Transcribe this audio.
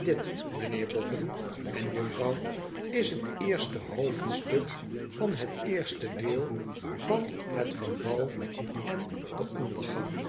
tdit meneer boffin en juffrouw is het eerste hoofdstuk van het eerste deel van het verval en den ondergang